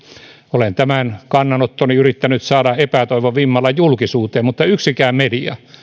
olen tämän kannanottoni yrittänyt saada epätoivon vimmalla julkisuuteen mutta yksikään media